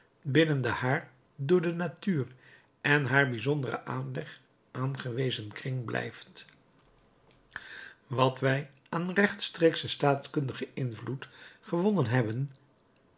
binnen den haar door de natuur en haar bijzonderen aanleg aangewezen kring blijft wat wij aan rechtstreekschen staatkundigen invloed gewonnen hebben